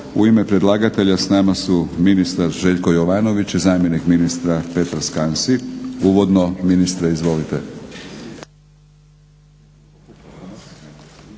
U ime predlagatelja s nama su Željko Jovanović i zamjenik ministra Petar Skansi. Uvodno, ministre izvolite.